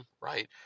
right